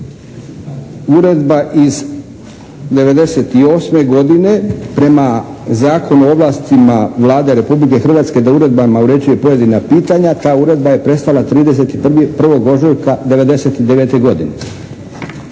Uredba iz '98. godine prema Zakonu o ovlastima Vlade Republike Hrvatske da uredbama uređuje pojedina pitanja, ta uredba je prestala 31. ožujka '99. godine.